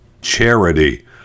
charity